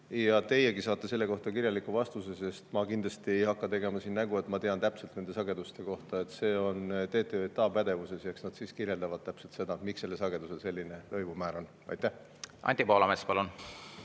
Ja teiegi saate selle kohta kirjaliku vastuse, sest ma kindlasti ei hakka tegema siin nägu, et ma tean täpselt nende sageduste kohta. See on TTJA pädevuses ja eks nad siis kirjeldavad täpselt seda, miks sellel sagedusel selline lõivumäär on. Anti Poolamets, palun!